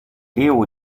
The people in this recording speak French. leo